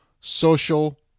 Social